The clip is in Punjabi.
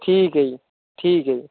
ਠੀਕ ਹੈ ਜੀ ਠੀਕ ਹੈ ਜੀ